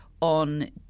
on